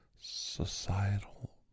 societal